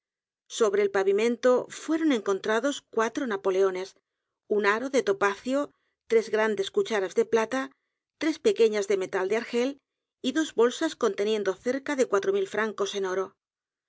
sobre el pavimento fueron encontrados cuatro napoleones un aro de topacio t r e s grandes cucharas de plata tres pequeñas de metal de argel y dos bolsas conteniendo cerca de cuatro mil francos en oro